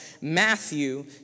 Matthew